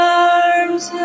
arms